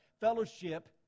Fellowship